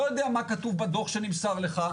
אני לא יודע מה כתוב בדוח שנמסר לך,